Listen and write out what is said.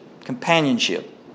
Companionship